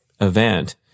event